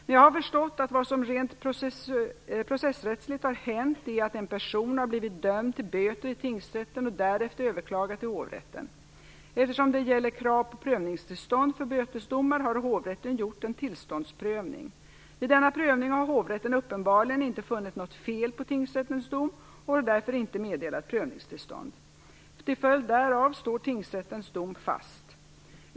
Men jag har förstått att vad som rent processrättsligt har hänt är att en person har blivit dömd till böter i tingsrätten och därefter överklagat till hovrätten. Eftersom det gäller krav på prövningstillstånd för bötesdomar har hovrätten gjort en tillståndsprövning. Vid denna prövning har hovrätten uppenbarligen inte funnit något fel på tingsrättens dom och har därför inte meddelat prövningstillstånd. Till följd därav står tingsrättens dom fast.